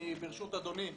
ברשות אדוני,